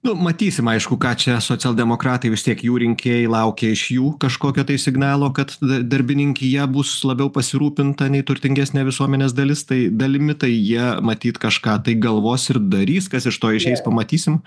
nu matysim aišku ką čia socialdemokratai vis tiek jų rinkėjai laukia iš jų kažkokio tai signalo kad darbininkija bus labiau pasirūpinta nei turtingesne visuomenės dalis tai dalimi tai jie matyt kažką tai galvos ir darys kas iš to išeis pamatysim